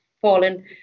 fallen